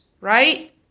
right